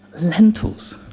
Lentils